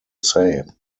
same